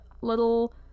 little